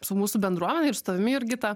su mūsų bendruomene ir su tavimi jurgita